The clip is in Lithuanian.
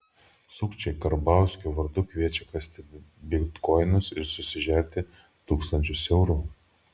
sukčiai karbauskio vardu kviečia kasti bitkoinus ir susižerti tūkstančius eurų